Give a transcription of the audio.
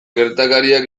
gertakariak